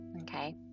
Okay